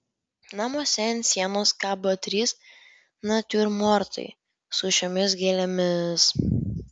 namuose ant sienos kabo trys natiurmortai su šiomis gėlėmis